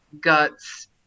guts